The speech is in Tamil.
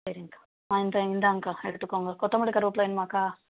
சரிக்கா இந்தா இந்தாங்கக்கா எடுத்துக்கோங்க கொத்தமல்லி கருவேப்பிலை வேணுமாக்கா